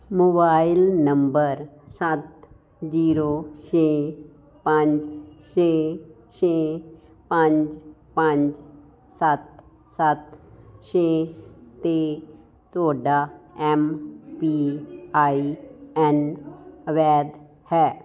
mobile number ਸੱਤ zero ਛੇ ਪੰਜ ਛੇ ਛੇ ਪੰਜ ਪੰਜ ਸੱਤ ਸੱਤ ਛੇ 'ਤੇ ਤੁਹਾਡਾ ਐੱਮ ਪੀ ਆਈ ਐੱਨ ਅਵੈਧ ਹੈ